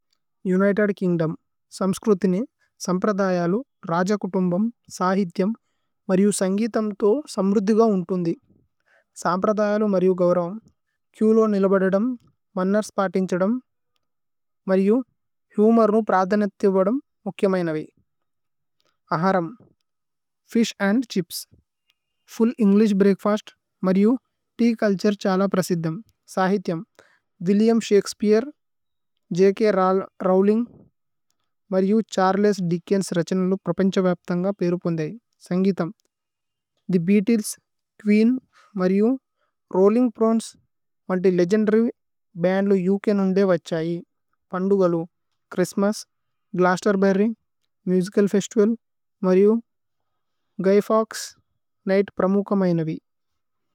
United Kingdom സമ്സ്ക്രുഥിനി സമ്പ്രദായലു രജ। കുതുമ്ബമ് സഹിത്യമ് മരിയു സന്ഗിഥമ് തോ സമ്രുഥി। ഗൌന്ഥി സമ്പ്രദായലു മരിയു ഗൌരവമ് ക്യു ലോ। നിലബദദമ് മന്നര് സ്പതേന്ഛദമ് മരിയു ഹുമോരു। പ്രധനഥിവദമ് മുഖ്യമയ്നവി അഹരമ് fish and. Chips full English breakfast മരിയു തേഅ ചുല്തുരേ। ഛല പ്രസിദ്ദമ് സഹിത്യമ് വില്ലിഅമ് ശകേസ്പേഅര് ജ്ക്। രോവ്ലിന്ഗ് മരിയു ഛര്ലേസ് ദേഅചന്സ് രഛനലു। പ്രപന്ഛവപ്ഥന്ഗപിരുപോന്ദയി സന്ഗിഥമ് ഥേ। ഭേഅത്ലേസ്, കുഈന്, മരിയു, രോല്ലിന്ഗ് പ്രോനേസ് വന്ഥി। ലേഗേന്ദര്യ് ബന്ദ്ലു ഉക് നോന്ദേ വഛ്ഛൈ പന്ദു ഗലു। Christmas, Glastonbury, musical festival. മരിയു, ഗൈ ഫോക്സ്, നിഘ്ത് പ്രമുകമയ്നവി।